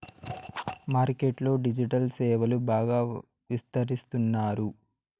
market లో digital సేవలు బాగా విస్తరిస్తున్నారు